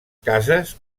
cases